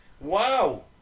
Wow